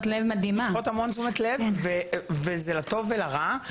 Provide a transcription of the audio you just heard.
מושכות הרבה תשומת לב וזה לטוב ולרע.